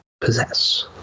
possess